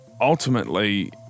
ultimately